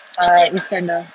err iskandar